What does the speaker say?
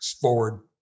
forward